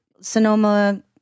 Sonoma